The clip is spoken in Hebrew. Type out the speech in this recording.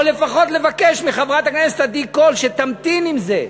או לפחות לבקש מחברת הכנסת עדי קול שתמתין עם זה,